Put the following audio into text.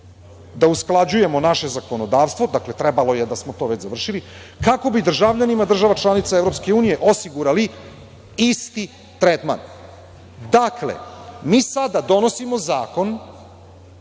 da usklađujemo naše zakonodavstvo“, dakle, trebalo je da smo to već završili, „kako bi državljanima država članica EU osigurali isti tretman“. Dakle, mi sada donosimo zakon,